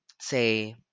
say